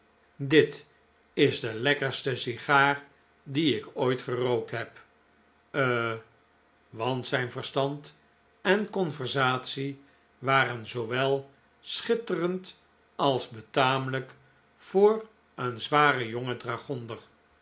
dit is de lekkerste sigaar die ik ooit gerookt heb eh want zijn verstand en conversatie waren zoowel schitterend als betamelijk voor een zwaren jongen dragonder